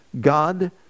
God